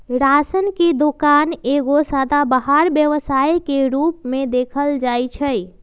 ration के दोकान एगो सदाबहार व्यवसाय के रूप में देखल जाइ छइ